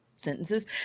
sentences